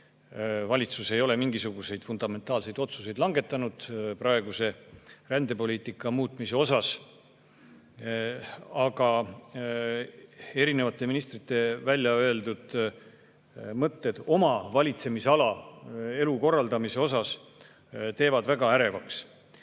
valitsus ei ole mingisuguseid fundamentaalseid otsuseid praeguse rändepoliitika muutmise kohta langetanud. Aga erinevate ministrite väljaöeldud mõtted oma valitsemisala elu korraldamise kohta teevad väga ärevaks. Mis